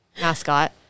mascot